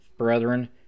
Brethren